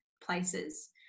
places